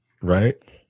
right